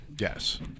yes